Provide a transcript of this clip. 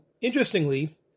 interestingly